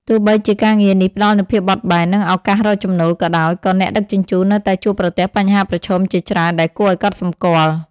ទោះបីជាការងារនេះផ្តល់នូវភាពបត់បែន និងឱកាសរកចំណូលក៏ដោយ ក៏អ្នកដឹកជញ្ជូននៅតែជួបប្រទះបញ្ហាប្រឈមជាច្រើនដែលគួរឱ្យកត់សម្គាល់។